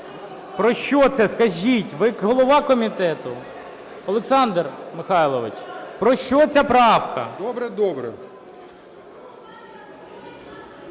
Про що це, скажіть, ви голова комітету. Олександр Михайлович, про що ця правка? 13:05:09